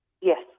Yes